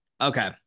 Okay